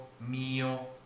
Mio